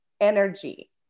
energy